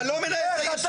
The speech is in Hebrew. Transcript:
איך אתה